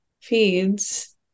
feeds